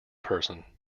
person